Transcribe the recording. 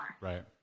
Right